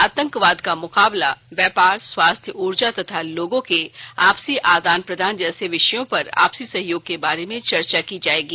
आतंकवाद का मुकाबला व्यापार स्वास्थ्य ऊर्जा तथा लोगों के आपसी आदान प्रदान जैसे विषयों पर आपसी सहयोग के बारे में चर्चा की जायेगी